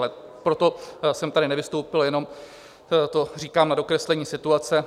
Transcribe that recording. Ale proto jsem tady nevystoupil, jenom to říkám na dokreslení situace.